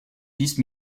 vice